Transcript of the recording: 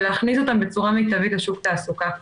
ולהכניס אותם בצורה מיטבית לשוק התעסוקה.